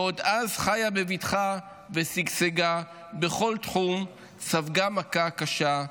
שאז עוד חיה בבטחה ושגשגה בכל תחום, ספגה מכה קשה,